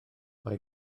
mae